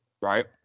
Right